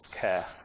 care